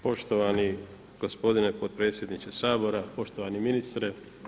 Poštovani gospodine potpredsjedniče Sabora, poštovani ministre.